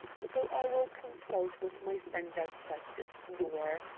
so i will consult with my friend outside this door.